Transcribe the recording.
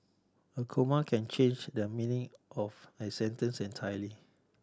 a comma can change the meaning of a sentence entirely